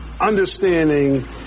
understanding